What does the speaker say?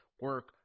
Work